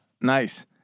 Nice